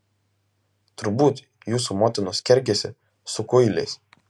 turbūt jūsų motinos kergėsi su kuiliais